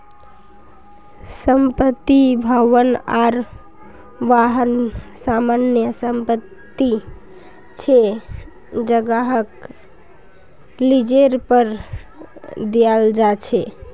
संपत्ति, भवन आर वाहन सामान्य संपत्ति छे जहाक लीजेर पर दियाल जा छे